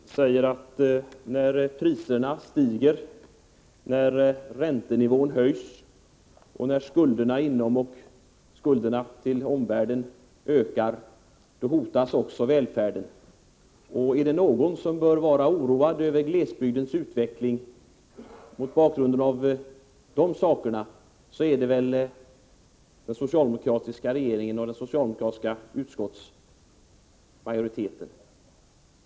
Herr talman! Utskottets ordförande säger att när priserna stiger, när räntenivån höjs och när skulderna inom landet och skulderna till omvärlden ökar, hotas också välfärden. Men är det någon som bör vara oroad över glesbygdens utveckling mot bakgrund av de här sakerna, så är det väl den socialdemokratiska regeringen och den socialdemokratiska utskottsmajoriteten!